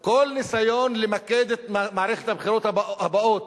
כל ניסיון למקד את מערכת הבחירות הבאות,